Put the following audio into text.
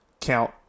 count